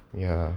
ya